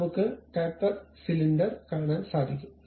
അതിനാൽ നമുക്ക് taper cylinder കാണാൻ സാധിക്കും